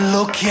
Look